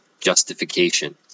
justification